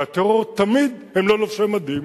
והטרור תמיד הם לא לובשי מדים.